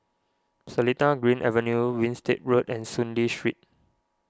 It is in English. Seletar Green Avenue Winstedt Road and Soon Lee Street